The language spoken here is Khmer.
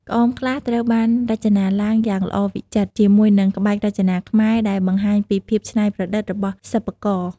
ក្អមខ្លះត្រូវបានរចនាឡើងយ៉ាងល្អវិចិត្រ ជាមួយនឹងក្បាច់រចនាខ្មែរដែលបង្ហាញពីភាពច្នៃប្រឌិតរបស់សិប្បករ។